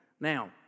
Now